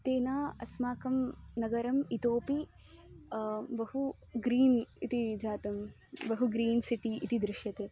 तेन अस्माकं नगरम् इतोऽपि बहु ग्रीन् इति जातं बहु ग्रीन् सिटि इति दृश्यते